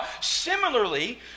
similarly